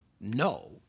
no